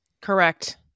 Correct